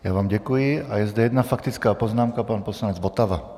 Já vám děkuji a je zde jedna faktická poznámka pana poslance Votavy.